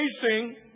facing